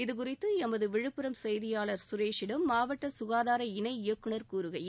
இதுகுறித்து எமது விழுப்புரம் செய்தியாளர் சுரேஷிடம் மாவட்ட சுகாதார இணை இயக்குநர் கூறுகையில்